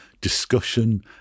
discussion